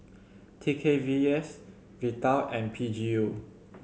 T K V S Vital and P G U